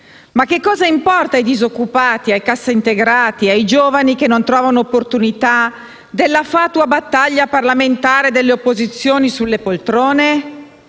Ma che cosa importa ai disoccupati, ai cassintegrati e ai giovani che non trovano opportunità della fatua battaglia parlamentare delle opposizioni sulle poltrone?